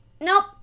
nope